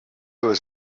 was